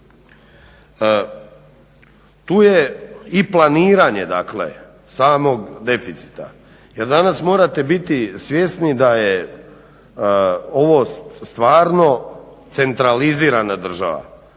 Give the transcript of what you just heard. Tu je i planiranje dakle samog deficita jer danas morate biti svjesni da je ovo stvarno centralizirana država.